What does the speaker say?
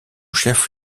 chef